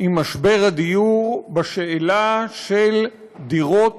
עם משבר הדיור בשאלה של דירות